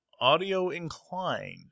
audio-inclined